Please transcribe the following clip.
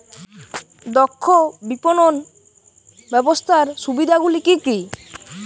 দক্ষ বিপণন ব্যবস্থার সুবিধাগুলি কি কি?